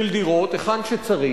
היכן שצריך.